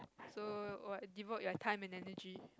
so what devote your time and energy